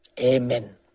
amen